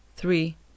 Three